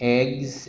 eggs